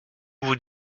vous